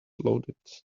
loaded